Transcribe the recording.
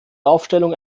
aufstellung